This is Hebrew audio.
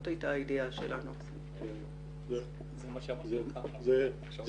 זה גם מה שחבר הכנסת חאג' יחיא אמר לי.